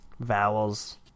Vowels